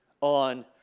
on